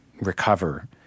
recover